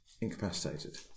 Incapacitated